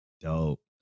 Dope